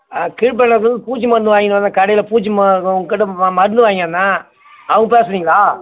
கீழ்பல்லக்குலேருந்து பூச்சி மருந்து வாங்கினு வந்தேன் கடையில் பூச்சி மருந்து உங்கள் கிட்ட மருந்து வாங்கியாந்தேன் அவங்க பேசுகிறிங்களா